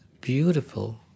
beautiful